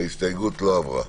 ההסתייגות לא עברה.